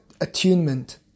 attunement